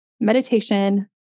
meditation